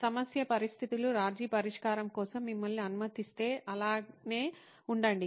సమస్య పరిస్థితులు రాజీ పరిష్కారం కోసం మిమ్మల్ని అనుమతిస్తే అలానే ఉండండి